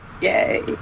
Yay